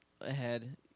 ahead